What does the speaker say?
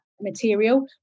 material